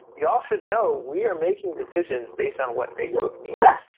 you all should know, we are making decisions based on what facebook needs.